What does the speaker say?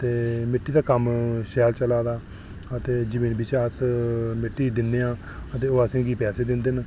ते मिट्टी दा कम्म शैल चला दा ते जमीन बिच्चा अस मिट्टी दिन्ने आं ते ओह् असेंगी पैसे दिंदे न